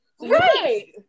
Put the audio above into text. Right